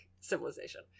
civilization